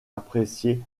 appréciée